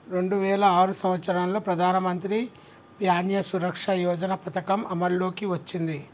రెండు వేల ఆరు సంవత్సరంలో ప్రధానమంత్రి ప్యాన్య సురక్ష యోజన పథకం అమల్లోకి వచ్చింది